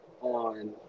on